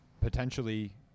potentially